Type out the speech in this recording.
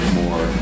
more